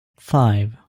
five